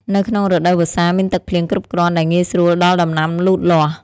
នៅក្នុងរដូវវស្សាមានទឹកភ្លៀងគ្រប់គ្រាន់ដែលងាយស្រួលដល់ដំណាំលូតលាស់។